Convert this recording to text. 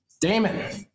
Damon